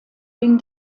wegen